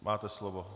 Máte slovo.